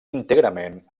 íntegrament